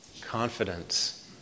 Confidence